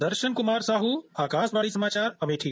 दर्शन साहू आकाशवाणी समाचार अमेठी